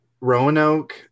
roanoke